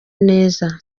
neza